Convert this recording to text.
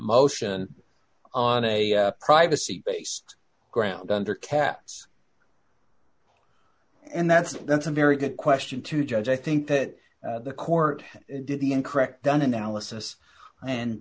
motion on a privacy base ground under caps and that's that's a very good question to judge i think that the court did the incorrect done analysis and